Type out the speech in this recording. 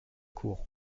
cour